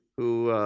who,